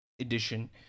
edition